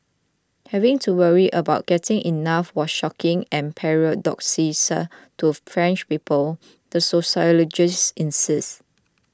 having to worry about getting enough was shocking and paradoxical to French people the sociologist insisted